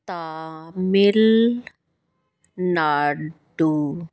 Tamil Nadu